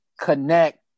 connect